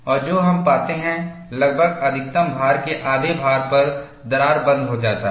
और जो हम पाते हैं लगभग अधिकतम भार के आधे भार पर दरार बंद हो जाता है